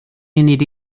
munud